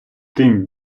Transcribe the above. тим